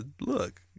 look